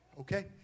Okay